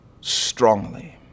strongly